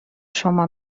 شما